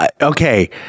okay